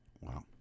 Wow